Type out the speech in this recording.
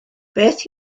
beth